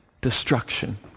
destruction